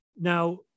Now